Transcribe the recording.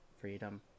freedom